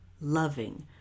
loving